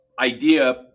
idea